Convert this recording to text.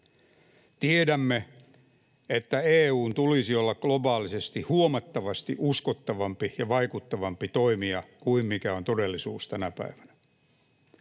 Tiedämme, että EU:n tulisi olla globaalisesti huomattavasti uskottavampi ja vaikuttavampi toimija kuin mikä on todellisuus tänä päivänä.